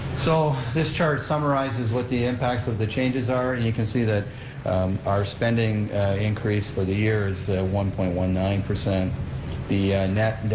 so this chart summarizes what the impacts of the changes are and you can see that our spending increase for the year is one point one nine. the net and